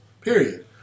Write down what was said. period